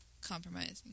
compromising